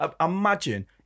Imagine